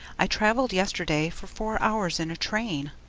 i travelled yesterday for four hours in a train.